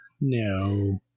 No